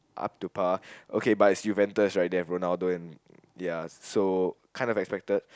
up to par okay but it's Juventus right they have Ronaldo and ya so kind of expected